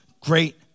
great